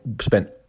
spent